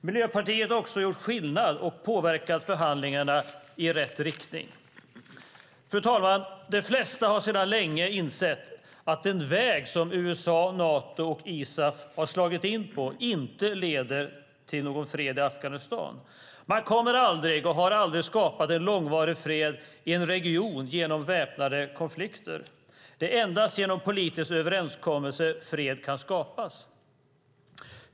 Miljöpartiet har också gjort skillnad och påverkat förhandlingarna i rätt riktning. Fru talman! De flesta har sedan länge insett att den väg som USA, Nato och ISAF har slagit in på inte leder till fred i Afghanistan. Man kommer aldrig och har aldrig skapat en långvarig fred i en region genom väpnade konflikter. Det är endast genom politisk överenskommelse som fred kan skapas.